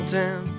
town